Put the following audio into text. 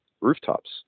rooftops